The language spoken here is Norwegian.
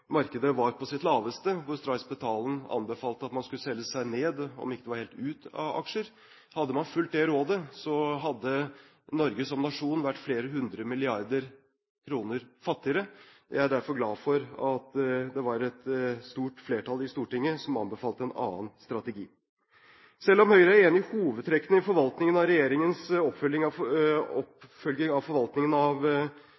markedet var på sitt laveste og Stray Spetalen anbefalte at man skulle selge seg ned i – om det ikke var helt ut av – aksjer. Hadde man fulgt det rådet, hadde Norge som nasjon vært flere hundre milliarder kroner fattigere. Jeg er derfor glad for at det var et stort flertall i Stortinget som anbefalte en annen strategi. Selv om Høyre er enig i hovedtrekkene i forvaltningen av regjeringens oppfølging av